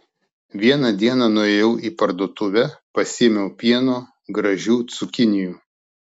vieną dieną nuėjau į parduotuvę pasiėmiau pieno gražių cukinijų